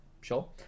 Sure